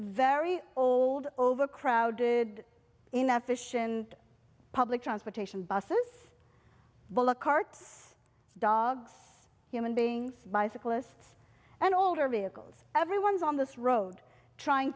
very old overcrowded enough fission public transportation buses bullock carts dogs human beings bicyclists and older vehicles everyone's on this road trying